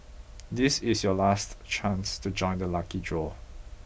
this is your last chance to join the lucky draw